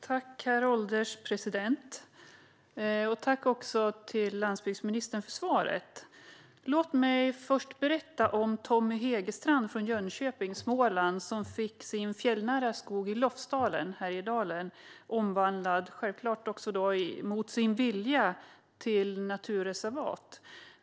Herr ålderspresident! Tack, landsbygdsministern, för svaret! Låt mig först berätta om Tommy Hegestrand från Jönköping i Småland, som mot sin vilja fick sin fjällnära skog i Lofsdalen i Härjedalen omvandlad till naturreservat.